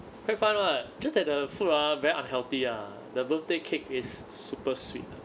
quite fun [what] just that the food ah very unhealthy ah the birthday cake is super sweet ah